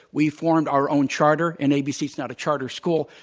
we've formed our own charter and abc is not a charter school.